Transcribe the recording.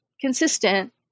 consistent